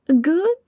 good